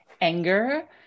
anger